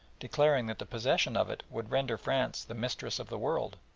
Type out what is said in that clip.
declaring that the possession of it would render france the mistress of the world,